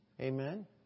Amen